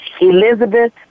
Elizabeth